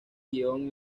guion